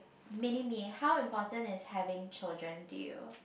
mini me how important is having children to you